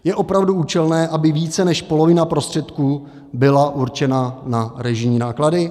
Je opravdu účelné, aby více než polovina prostředků byla určena na režijní náklady?